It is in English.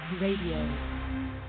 RADIO